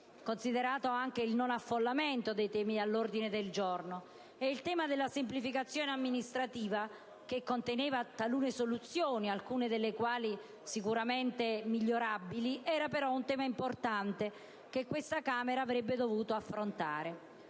considerato anche il non affollamento di argomenti all'ordine del giorno. Il tema della semplificazione amministrativa, che conteneva talune soluzioni, alcune delle quali sicuramente migliorabili, è un tema importante che questa Camera avrebbe dovuto affrontare.